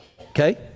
Okay